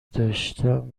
داشتم